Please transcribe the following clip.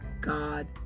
God